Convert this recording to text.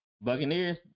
Buccaneers